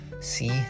See